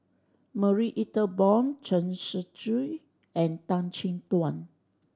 Marie Ethel Bong Chen Shiji and Tan Chin Tuan